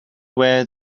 where